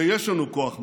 ויש לנו כוח מגן.